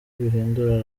bihindura